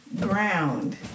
ground